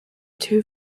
two